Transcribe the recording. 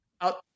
out